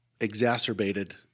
exacerbated